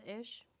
ish